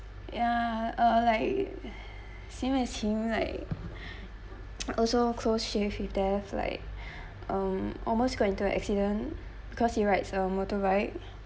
ya uh like same as him like I also close with death like um almost got into a accident because he rides uh motorbike